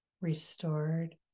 restored